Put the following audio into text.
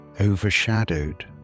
overshadowed